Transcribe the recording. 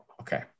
Okay